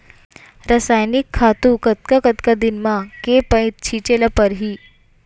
रसायनिक खातू कतका कतका दिन म, के पइत छिंचे ल परहि?